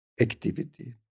activity